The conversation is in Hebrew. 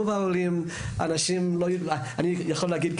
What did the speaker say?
אני יכול להגיד,